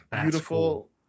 Beautiful